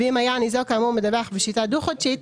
ואם היה הניזוק כאמור מדווח בשיטה דו-חודשית,